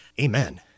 amen